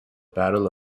battle